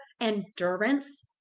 endurance